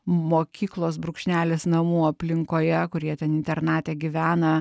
mokyklos brūkšnelis namų aplinkoje kur jie ten internate gyvena